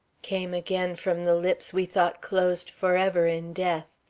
came again from the lips we thought closed forever in death.